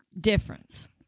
difference